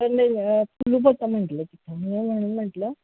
तर नाही कुलूप होतं म्हटली म्हणून म्हटलं